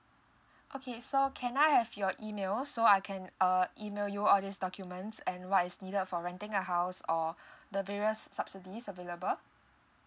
okay so can I have your email so I can uh email you all these documents and what is needed for renting a house or the various subsidies available